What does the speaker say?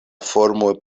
formo